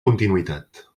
continuïtat